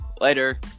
Later